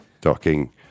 docking